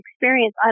experience